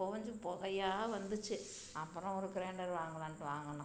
புகஞ்சு புகையா வந்துச்சு அப்புறம் ஒரு க்ரேண்டரு வாங்கலாம்ட்டு வாங்கினோம்